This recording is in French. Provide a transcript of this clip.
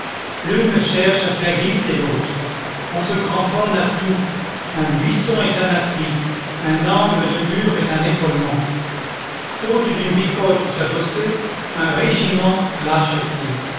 l'une cherche à faire glisser l'autre on se cramponne à tout un buisson est un point d'appui un angle de mur est un épaulement faute d'une bicoque où s'adosser un régiment lâche pied